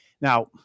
Now